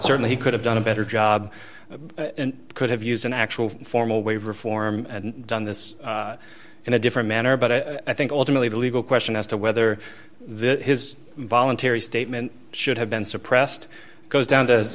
certainly he could have done a better job and could have used an actual formal way of reform and done this in a different manner but i think ultimately the legal question as to whether this his voluntary statement should have been suppressed goes down to